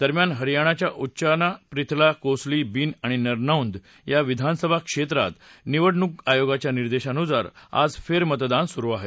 दरम्यान हरयाणाच्या उचाना प्रिथला कोसली बिन आणि नरनौंद या विधानसभा क्षेत्रात निवडणूक आयोगाच्या निर्देशानुसार आज फेरमतदान सुरु आहे